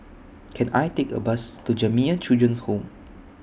Can I Take A Bus to Jamiyah Children's Home